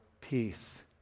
peace